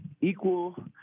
equal